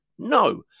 No